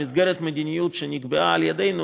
במסגרת מדיניות שנקבעה על ידינו,